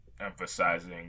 emphasizing